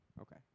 Okay